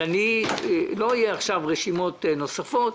לא יהיו עכשיו רשימות נוספות.